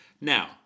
Now